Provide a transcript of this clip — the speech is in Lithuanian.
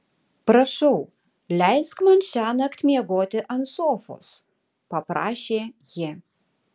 prašau leisk man šiąnakt miegoti ant sofos paprašė ji